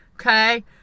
okay